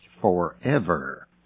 forever